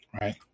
right